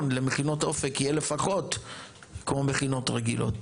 למכינות אופק יהיה לפחות כמו מכינות רגילות.